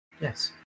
Yes